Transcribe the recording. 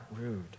rude